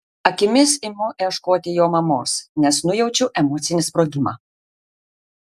akimis imu ieškoti jo mamos nes nujaučiu emocinį sprogimą